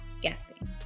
guessing